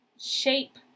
shape